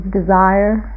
desire